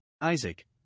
Isaac